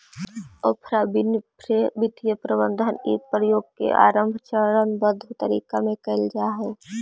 Oprah Winfrey वित्तीय प्रबंधन के इ प्रयोग के आरंभ चरणबद्ध तरीका में कैइल जा हई